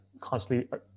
constantly